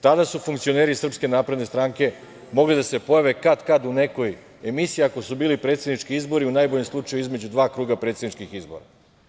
Tada su funkcioneri SNS mogli da se pojave katkad u nekoj emisiji, ako su bili predsednički izbori u najboljem slučaju između dva kruga predsedničkih izbora.